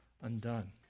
undone